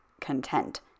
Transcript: content